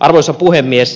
arvoisa puhemies